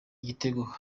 igitego